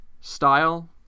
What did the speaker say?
style